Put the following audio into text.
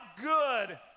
good